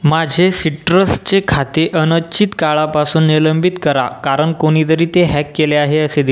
माझे सिट्रसचे खाते अनचित् काळापासून निलंबित करा कारण कोणीतरी ते हॅक केले आहे असे दि